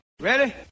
Ready